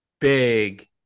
big